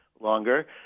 longer